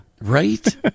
Right